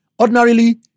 Ordinarily